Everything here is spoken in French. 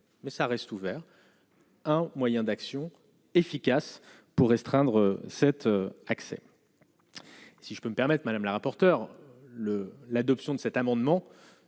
mais ça reste ouvert. Un moyen d'action efficace pour restreindre cet accès si je peux me permettre Madame la rapporteure le l'adoption de cet amendement